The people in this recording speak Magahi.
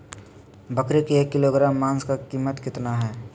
बकरी के एक किलोग्राम मांस का कीमत कितना है?